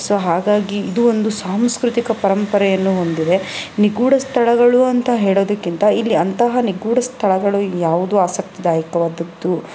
so ಹಾಗಾಗಿ ಇದು ಒಂದು ಸಾಂಸ್ಕೃತಿಕ ಪರಂಪರೆಯನ್ನು ಹೊಂದಿದೆ ನಿಗೂಢ ಸ್ಥಳಗಳು ಅಂತ ಹೇಳೋದಕ್ಕಿಂತ ಇಲ್ಲಿ ಅಂತಹ ನಿಗೂಢ ಸ್ಥಳಗಳು ಇಲ್ಲ್ಯಾವುದೂ ಆಸಕ್ತಿದಾಯಕವಾದದ್ದು